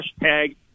Hashtag